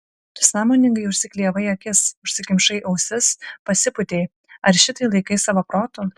tu sąmoningai užsiklijavai akis užsikimšai ausis pasipūtei ar šitai laikai savo protu